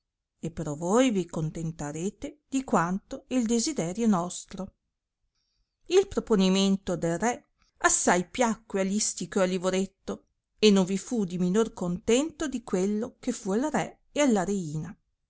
e però voi vi contentarete di quanto è il desiderio nostro il proponimento del re assai piacque a listico e a livoretto e non vi fu di minor contento di quello che fu al re e alla reina